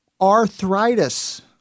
Arthritis